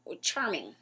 charming